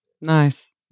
nice